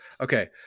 Okay